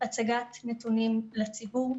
הצגת נתונים לציבור,